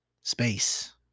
space